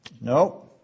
No